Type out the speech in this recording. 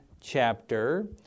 chapter